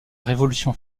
révolution